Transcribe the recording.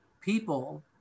people